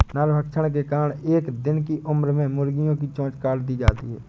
नरभक्षण के कारण एक दिन की उम्र में मुर्गियां की चोंच काट दी जाती हैं